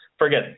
Forget